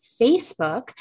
Facebook